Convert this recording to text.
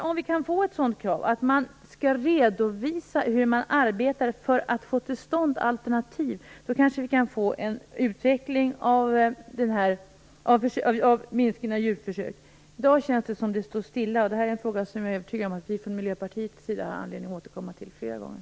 Om vi kan få ett sådant krav att man skall redovisa hur man arbetar för att få till stånd alternativ kanske vi kan få en utveckling med minskat antal djurförsök. I dag känns det som det står stilla. Det här är en fråga som jag är övertygad om att vi från Miljöpartiets sida har anledning att återkomma till fler gånger.